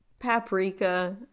paprika